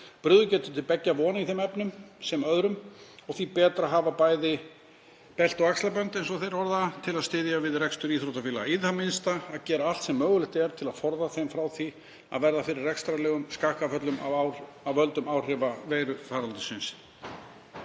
Brugðið getur til beggja vona í þeim efnum sem öðrum og því betra að hafa bæði belti og axlabönd“ — eins og þeir orða það — „til að styðja við rekstur íþróttafélaga, í það minnsta að gera allt sem mögulegt er til að forða þeim frá því að verða fyrir rekstrarlegum skakkaföllum af völdum áhrifa kórónuveirufaraldursins.“